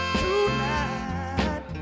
tonight